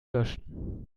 löschen